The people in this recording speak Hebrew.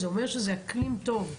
זה אומר שזה אקלים טוב.